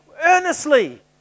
earnestly